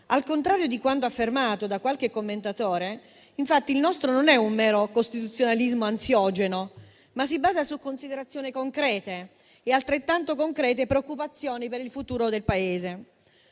Al contrario di quanto affermato da qualche commentatore, infatti, il nostro non è un mero costituzionalismo ansiogeno, ma si basa su considerazioni concrete e altrettanto concrete preoccupazioni per il futuro del Paese.